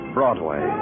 Broadway